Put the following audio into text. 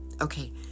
Okay